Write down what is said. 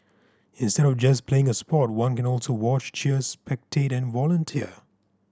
instead of just playing a sport one can also watch cheers spectate and volunteer